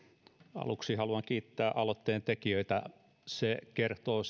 aluksi haluan kiittää aloitteen tekijöitä se kertoo